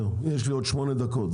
יש לי עוד שמונה דקות,